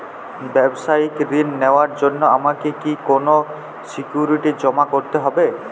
ব্যাবসায়িক ঋণ নেওয়ার জন্য আমাকে কি কোনো সিকিউরিটি জমা করতে হবে?